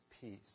peace